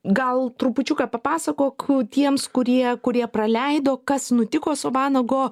gal trupučiuką papasakok tiems kurie kurie praleido kas nutiko su vanago